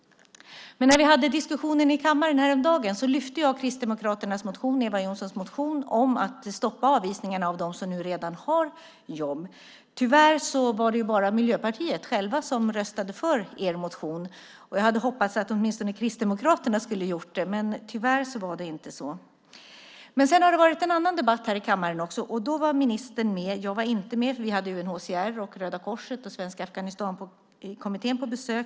När vi häromdagen diskuterade denna fråga i kammaren lyfte jag fram Kristdemokraternas motion, alltså Eva Johnssons motion, om att stoppa avvisningarna av dem som redan har jobb. Tyvärr var det endast Miljöpartiet som röstade för den motionen. Jag hade hoppats att åtminstone Kristdemokraterna skulle ha gjort det, men så blev det inte. I en annan debatt i kammaren deltog ministern; jag var inte med eftersom vi hade UNHCR, Röda Korset och Svenska Afghanistankommittén på besök.